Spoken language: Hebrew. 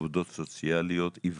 עובדות סוציאליות, עיוורות,